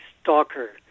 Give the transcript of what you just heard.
stalker